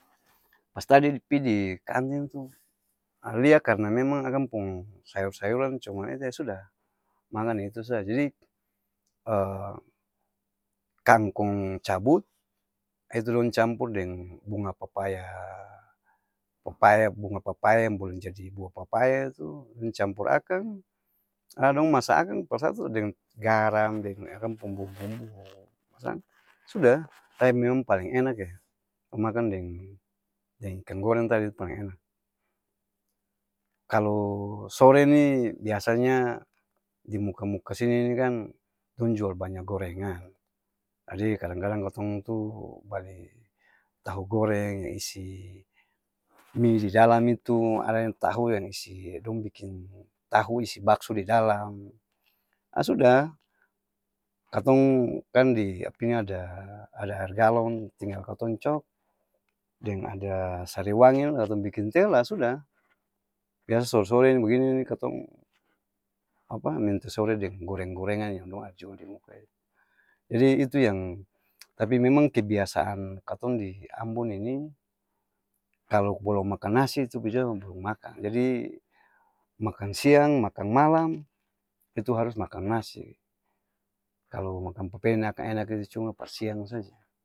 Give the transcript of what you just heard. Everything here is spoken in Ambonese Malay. Pas tadi pi di kantin tu lia karna memang akang pung sayur-sayuran cuma itu, ya sudah, makang deng itu saa jadi, kangkong cabut itu dong campur deng bunga papaya, papaya bunga papaya yang balong jadi bua papaya itu, campur akang, laa dong masa akang deng garang deng akang pung bumbu-bumbu masa akang sudah tapi memang paleng enak'e tong makang deng deng-ikang goreng tadi paleng enak, kalo sore ni biasa nya di muka-muka sini ni kan dong jual banya gorengan jadi, kadang-kadang katong tu bali tahu goreng isi mi di dalam itu, ada yang tahu yang isi dong biking tahu isi bakso di dalam aa sudah katong kan di apa ini ada ada air galong tinggal katong cok, deng ada sariwangi la katong biking teh la sudah biasa sore-sore ni bagini ni katong apa? Minong teh sore deng goreng-gorengan yang dong ada jual di muka itu jadi, itu yang tapi memang kebiasaan katong di ambon ini, kalo balong makang nasi tu pi dia balong makang, jadi makang siang, makang malam, itu harus makang nasi, kalo makang papeda ni akang enak itu cuma par siang saja.